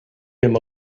him